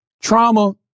trauma